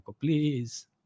please